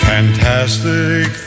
Fantastic